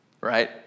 right